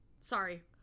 Sorry